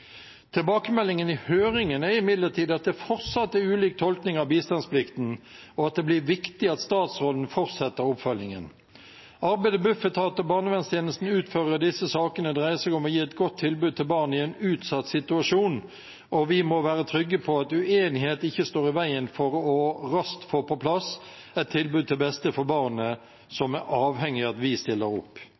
Tilbakemeldingen i høringen er imidlertid at det fortsatt er ulik tolkning av bistandsplikten, og at det blir viktig at statsråden fortsetter oppfølgingen. Arbeidet Bufetat og barnevernstjenesten utfører i disse sakene, dreier seg om å gi et godt tilbud til barn i en utsatt situasjon, og vi må være trygge på at uenighet ikke står i veien for raskt å få på plass et tilbud til beste for barnet som er avhengig av at vi stiller opp.